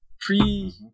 pre